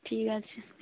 ঠিক আছে